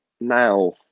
now